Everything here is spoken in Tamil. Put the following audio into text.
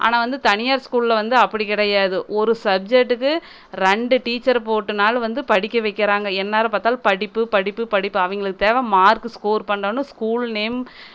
ஆனால் வந்து தனியார் ஸ்கூலில் வந்து அப்படி கிடையாது ஒரு சஜ்ஜெக்ட்டுக்கு ரெண்டு டீச்சர் போட்டுனாலும் வந்து படிக்க வைக்கிறாங்க எந்நேரம் பாத்தாலும் படிப்பு படிப்பு படிப்பு அவங்களுக்கு தேவை மார்க் ஸ்கோர் பண்ணனும் ஸ்கூல் நேம்